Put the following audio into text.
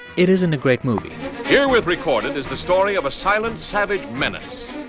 it isn't a great movie herewith recorded is the story of a silent, savage menace.